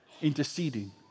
Interceding